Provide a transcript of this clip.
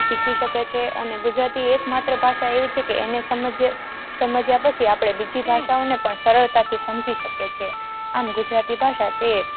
શીખી શકે છે અને ગુજરાતી એકમાત્ર ભાષા એવી છે કે એને સમજીએ સમજ્યા પછી આપણે બીજી ભાષાઓને પણ સરળતાથી સમજી શકે છે આમ ગુજરાતી ભાષા તે